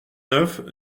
neuf